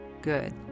Good